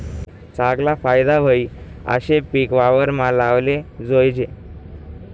चागला फायदा व्हयी आशे पिक वावरमा लावाले जोयजे